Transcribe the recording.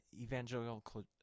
evangelical